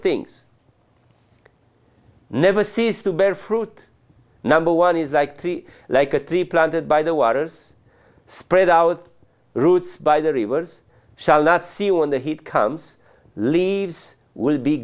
things never cease to bear fruit number one is like tree like a tree planted by the waters spread out roots by the rivers shall not see when the heat comes leaves will be